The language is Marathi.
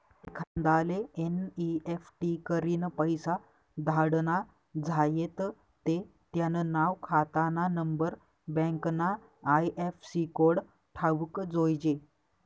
एखांदाले एन.ई.एफ.टी करीन पैसा धाडना झायेत ते त्यानं नाव, खातानानंबर, बँकना आय.एफ.सी कोड ठावूक जोयजे